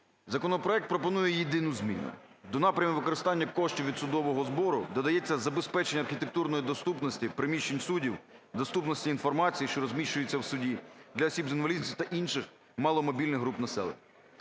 законопроект пропонує єдину зміну: до напрямів використання коштів від судового збору додається забезпечення архітектурної доступності приміщень судів, доступності інформації, що розміщується в суді, для осіб з інвалідністю та інших маломобільних груп населення.